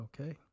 Okay